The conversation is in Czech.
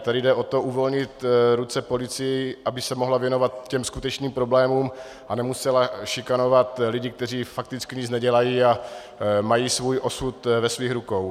Tady jde o to uvolnit ruce policii, aby se mohla věnovat skutečným problémům a nemusela šikanovat lidi, kteří fakticky nic nedělají a mají svůj osud ve svých rukou.